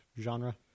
genre